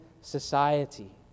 society